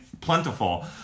plentiful